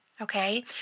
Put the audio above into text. okay